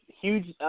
huge